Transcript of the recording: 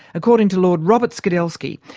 according to lord robert skidelsky,